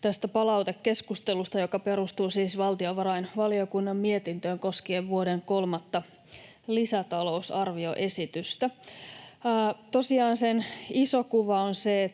tästä palautekeskustelusta, joka perustuu siis valtiovarainvaliokunnan mietintöön koskien vuoden kolmatta lisätalousarvioesitystä. Tosiaan sen iso kuva on se,